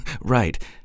Right